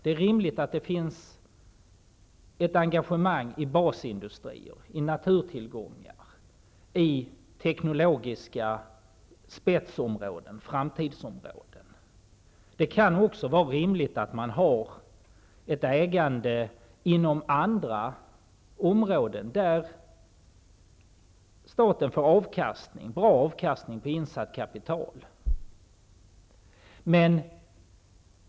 Det är rimligt att det finns ett engagemang i basindustrier, i naturtillgångar och i teknologiska spetsområden, framtidsområden. Det kan också vara rimligt att man har ett ägande inom andra områden, där staten får bra avkastning på insatt kapital.